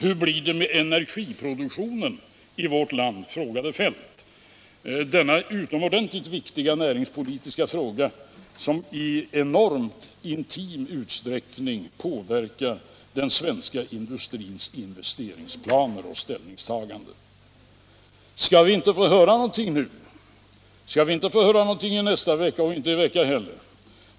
Hur blir det med energiproduktionen i vårt land, frågade herr Feldt — denna utomordentligt viktiga näringspolitiska fråga, som i enormt stor utsträckning påverkar den svenska industrins investeringsplaner och ställningstaganden. Skall vi inte få höra någonting nu? Skall vi inte få höra någonting nästa vecka eller veckan därpå heller?